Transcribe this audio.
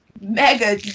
Mega